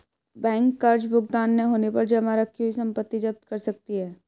bank कर्ज भुगतान न होने पर जमा रखी हुई संपत्ति जप्त कर सकती है